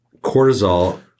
Cortisol